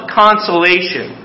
consolation